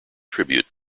tribute